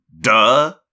Duh